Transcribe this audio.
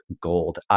gold